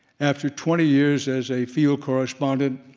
after twenty years as a field correspondent,